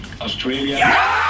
Australia